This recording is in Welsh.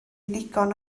ddigon